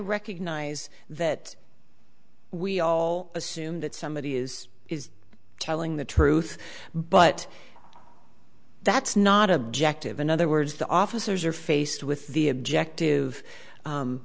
recognize that we all assume that somebody is is telling the truth but that's not objective in other words the officers are faced with the objective